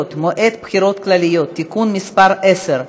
(מועד בחירות כלליות) (תיקון מס' 10),